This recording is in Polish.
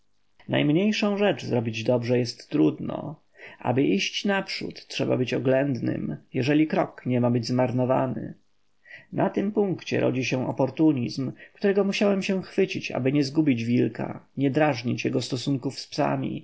najmniejszą rzecz zrobić dobrze jest trudno aby iść naprzód trzeba być oględnym jeżeli krok niema być zmarnowany na tym punkcie rodzi się oportunizm którego musiałem się chwycić aby nie zgubić wilka nie drażnić jego stosunków z psami